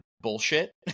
bullshit